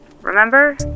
Remember